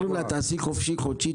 אומרים לה תעשי חופשי-חודשי,